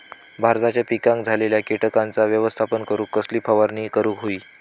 भाताच्या पिकांक झालेल्या किटकांचा व्यवस्थापन करूक कसली फवारणी करूक होई?